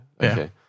Okay